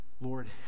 lord